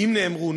אם נאמרו,